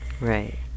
Right